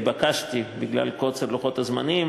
התבקשתי, בגלל קוצר לוחות הזמנים,